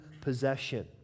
possession